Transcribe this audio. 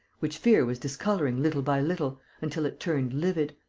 which fear was discolouring little by little, until it turned livid.